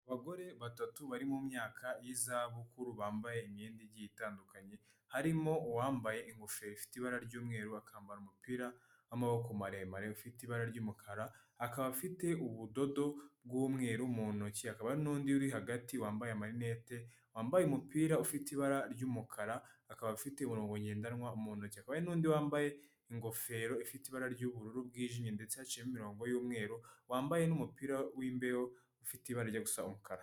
Abagore batatu bari mu myaka y'izabukuru bambaye imyenda igiye itandukanye harimo uwambaye ingofero ifite ibara ry'umweru akambara umupira w'amaboko maremare ufite ibara ry'umukara akaba afite ubudodo bw'umweru mu ntoki akaba n'undi uri hagati wambaye amarinete wambaye umupira ufite ibara ry'umukara akaba afite umurongo ngendanwa mu ntoki n'undi wambaye ingofero ifite ibara ry'ubururu bwijimye ndetse haciyemo imirongo y'umweru wambaye n'umupira w’imbeho ufite ibara rijya gusa umukara.